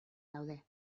daude